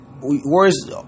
words